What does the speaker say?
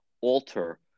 alter